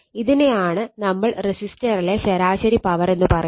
ഇതിനെയാണ് നമ്മൾ റെസിസ്റ്ററിലെ ശരാശരി പവർ എന്ന് പറയുന്നത്